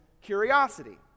curiosity